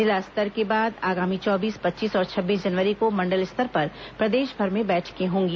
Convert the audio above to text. जिला स्तर के बाद आगामी चौबीस पच्चीस और छब्बीस जनवरी को मंडल स्तर पर प्रदेशभर में बैठकें होंगी